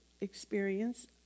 experience